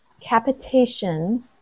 capitation